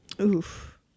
Oof